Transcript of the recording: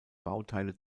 bauteile